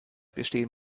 bestehen